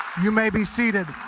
you may be seated.